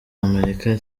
amerika